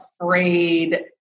afraid